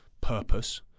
purpose